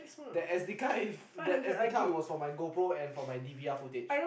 that S_D card in that S_D card was for my GoPro and for my D_V_R footage